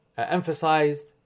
emphasized